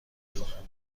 خورم